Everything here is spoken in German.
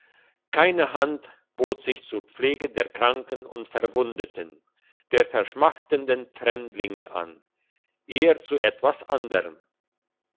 keine hand bot sich zur pflege der kranken der verwundeten der verschmachtenden fremdlinge an eher zu etwas anderm